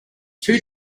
two